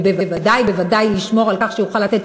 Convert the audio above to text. ובוודאי בוודאי לשמור על כך שיוכל לתת